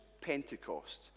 Pentecost